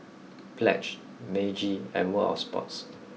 Pledge Meiji and World Of Sports